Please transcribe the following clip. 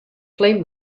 flame